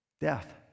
death